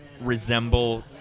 resemble